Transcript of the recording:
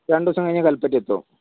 രണ്ട് ദിവസം കഴിഞ്ഞ് കല്പറ്റയെത്തും